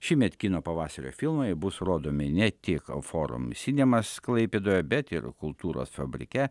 šįmet kino pavasario filmai bus rodomi ne tik forum sinemas klaipėdoje bet ir kultūros fabrike